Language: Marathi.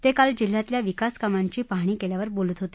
ते काल जिल्ह्यातल्या विकास कामांची पाहणी केल्यावर बोलत होते